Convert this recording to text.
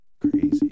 crazy